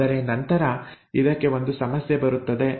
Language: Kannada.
ಆದರೆ ನಂತರ ಇದಕ್ಕೆ ಒಂದು ಸಮಸ್ಯೆ ಬರುತ್ತದೆ